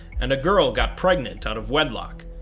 and a girl got pregnant out of wedlock,